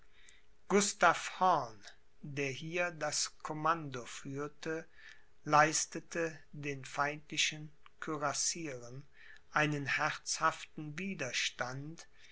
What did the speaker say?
der hier das commando führte leistete den feindlichen kürassieren einen herzhaften widerstand